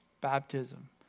baptism